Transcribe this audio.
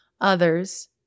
others